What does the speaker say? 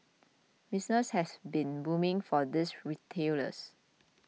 business has been booming for these retailers